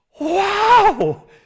wow